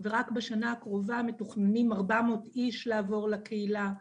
רק בשנה הקרובה מתוכננים 400 אנשים לעבור לקהילה.